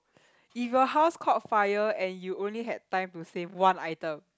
if your house caught fire and you only had time to save one item